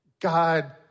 God